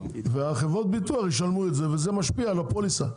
וחברות הביטוח ישלמו את זה וזה משפיע על הפוליסה,